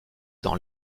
dans